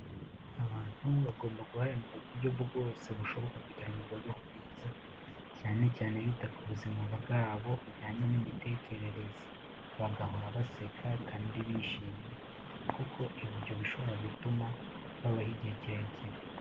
Abantu bagomba guharanira uburyo bwose bushoboka kugira ngo babeho neza. Cyane cyane bita ku buzima bwabo bujyanye n'imitekerereze. Bagahora baseka kandi bishimye. Kuko ibyo bishobora gutuma babaho igihe kirekire.